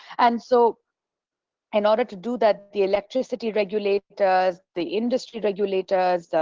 and so in order to do that the electricity regulators, the industry regulators,